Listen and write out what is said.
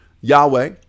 Yahweh